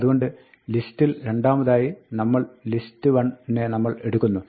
അതുകൊണ്ട് ലിസ്റ്റിൽ രണ്ടാമതായി നമ്മൾ ലിസ്റ്റ് 1 നെ നമ്മൾ എടുക്കുന്നു